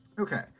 Okay